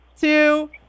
two